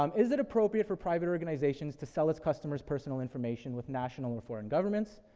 um is it appropriate for private organizations to sell its customers personal information with national or foreign governments?